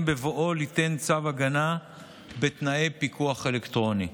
בבואו ליתן צו הגנה בתנאי פיקוח אלקטרוני: